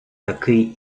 такий